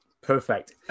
Perfect